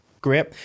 great